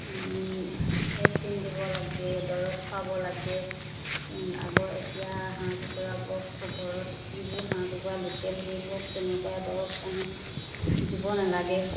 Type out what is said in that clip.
vaccine দিব লাগে দৰৱ খুৱাব লাগে আগৰ এতিয়া হাঁহ কুকুৰাবোৰক ঘৰত যিবোৰ হাঁহ কুকুৰা লোকেল সেইবোৰক তেনেকুৱা দৰৱ পানী দিব নালাগে